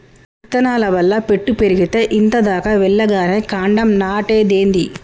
ఇత్తనాల వల్ల పెట్టు పెరిగేతే ఇంత దాకా వెల్లగానే కాండం నాటేదేంది